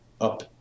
up